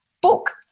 Book